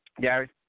Gary